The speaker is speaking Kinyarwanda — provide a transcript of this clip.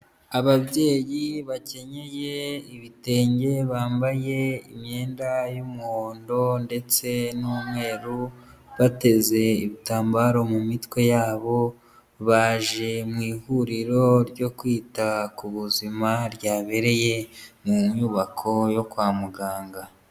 Ababyeyi bakenyeye ibitenge bambaye imyenda y'umuhondo ndetse n'umweru bateze ibitambaro mu mitwe yabo baje mu ihuriro ryo kwita ku buzima ryabereye mu nyubako yo kwa muganga.